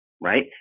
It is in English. Right